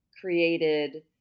created